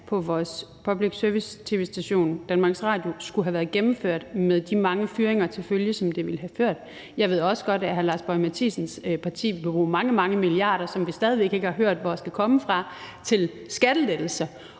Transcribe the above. på vores publice service-tv-station DR, skulle have været gennemført med de mange fyringer til følge, som det ville have medført. Jeg ved også godt, at hr. Lars Boje Mathiesens parti vil bruge mange, mange milliarder, som vi stadig væk ikke har hørt hvor skal komme fra, til skattelettelser,